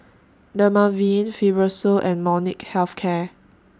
Dermaveen Fibrosol and Molnylcke Health Care